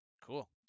cool